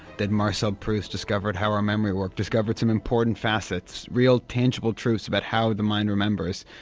that marcel proust discovered how our memory worked, discovered some important facets, real, tangible truths about how the mind remembers,